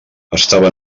estava